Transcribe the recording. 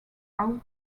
out